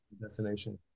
destination